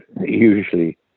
usually